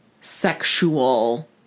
sexual